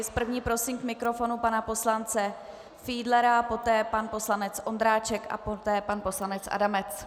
S první prosím k mikrofonu pana poslance Fiedlera, poté pan poslanec Ondráček a poté pan poslanec Adamec.